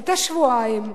את השבועיים,